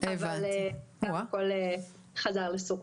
אבל הכל חזר לסורו.